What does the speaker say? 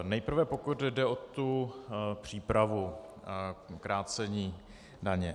Nejprve pokud jde o tu přípravu krácení daně.